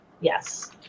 yes